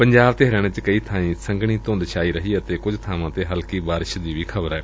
ਪੰਜਾਬ ਤੇ ਹਰਿਆਣਾ ਚ ਕਈ ਬਾਈ ਸੰਘਣੀ ਧੁੰਦ ਛਾਈ ਰਹੀ ਅਤੇ ਕੁਝ ਬਾਵਾਂ ਤੇ ਹਲਕੀ ਬਾਰਿਸ਼ ਦੀ ਵੀ ਖ਼ਬਰ ਏ